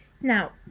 Now